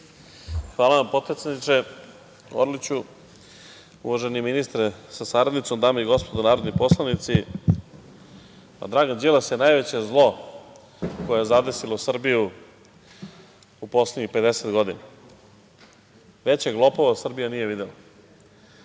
Hvala vam, potpredsedniče Orliću. Uvaženi ministre sa saradnicom, dame i gospodo narodni poslanici, Dragan Đilas je najveće zlo koje je zadesilo Srbiju u poslednjih 50 godina, većeg lopova Srbija nije videla,